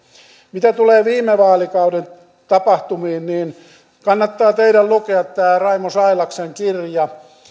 mitä tulee viime vaalikauden tapahtumiin niin kannattaa teidän lukea tämä raimo sailaksen kirja